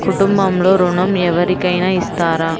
కుటుంబంలో ఋణం ఎవరికైనా ఇస్తారా?